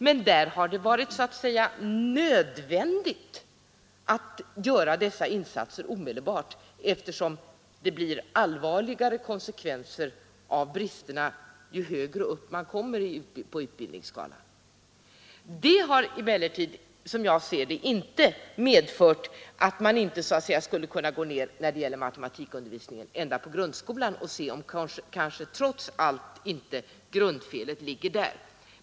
Men där har det så att säga varit nödvändigt att göra dessa insatser omedelbart, eftersom det blir allvarligare konsekvenser av bristerna ju högre upp man kommer i utbildningen. Det behöver emellertid, som jag ser det, inte innebära att man inte skulle kunna gå ända ner till grundskolan och undersöka om trots allt grundfelet ligger där.